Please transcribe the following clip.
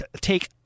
take